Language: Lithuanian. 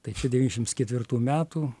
tai čia devyniasdešims ketvirtų metų